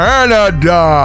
Canada